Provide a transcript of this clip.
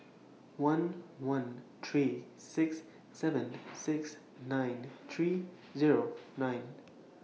one one three six seven six nine three Zero nine